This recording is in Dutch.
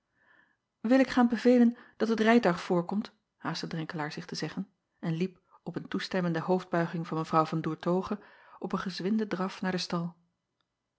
il ik gaan bevelen dat het rijtuig voorkomt haastte renkelaer zich te zeggen en liep op een toestemmende hoofdbuiging van w an oertoghe op een gezwinden draf naar den stal